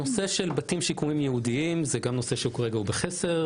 נושא בתים שיקומיים ייעודיים זה גם נושא שהוא כרגע בחסר.